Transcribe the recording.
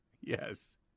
Yes